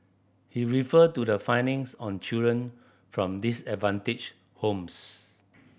he refer to the findings on children from disadvantaged homes